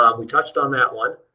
um we touched on that one.